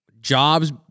jobs